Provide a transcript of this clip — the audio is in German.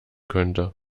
könnte